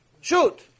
Shoot